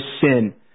sin